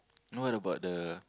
what about the